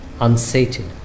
unsated